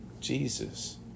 Jesus